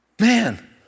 Man